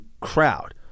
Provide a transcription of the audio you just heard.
crowd